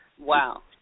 Wow